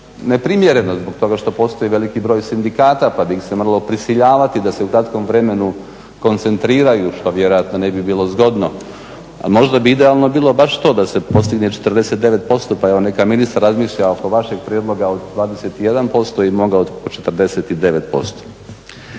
neprimjereno zbog toga što postoji veliki broj sindikata pa bi ih se moralo prisiljavati da se u kratkom vremenu koncentriraju što vjerojatno ne bi bilo zgodno. Možda bi idealno bilo baš to da se postigne 49% pa evo neka ministar razmišlja oko vašeg prijedloga od 21% i moga od 49%.